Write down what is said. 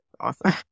awesome